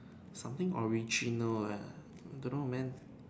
something original leh I don't know man